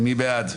מי בעד?